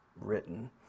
written